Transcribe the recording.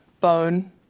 bone